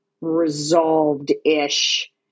resolved-ish